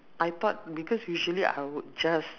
I thought because usually I would just